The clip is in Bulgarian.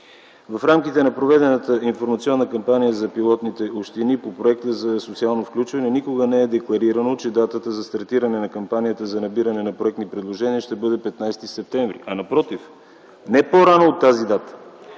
В рамките на проведената информационна кампания за пилотните общини по Проекта за социално включване никога не е декларирано, че датата за стартиране на кампанията за набиране на проектни предложения ще бъде 15 септември, а напротив, не по-рано от тази дата.